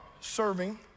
serving